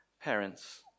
parents